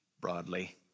broadly